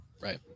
Right